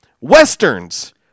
Westerns